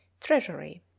Treasury